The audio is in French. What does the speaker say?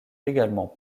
également